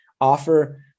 offer